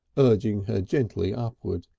urging her gently upward.